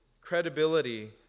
credibility